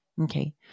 Okay